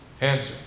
Answer